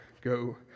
go